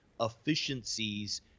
efficiencies